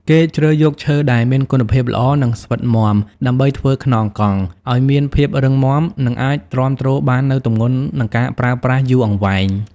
គេជ្រើសយកឈើដែលមានគុណភាពល្អ និងស្វិតមាំ ដើម្បីធ្វើខ្នងកង់ ឲ្យមានភាពរឹងមាំ និងអាចទ្រាំទ្របាននូវទម្ងន់និងការប្រើប្រាស់យូរអង្វែង។